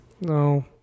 No